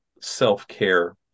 self-care